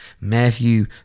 Matthew